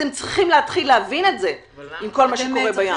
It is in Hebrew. אתם צריכים להתחיל להבין את זה עם כל מה שקורה בים.